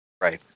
Right